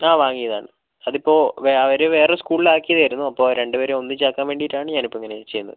ആ വാങ്ങിയതാണ് അതിപ്പോൾ അവർ വേറെ സ്കൂളിൽ ആക്കിയതായിരുന്നു അപ്പോൾ രണ്ടുപേരെയും ഒന്നിച്ച് ആക്കാൻ വേണ്ടീട്ടാണ് ഞാൻ ഇപ്പം ഇങ്ങനെയൊക്കെ ചെയ്യുന്നത്